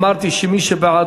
אמרתי שמי שבעד,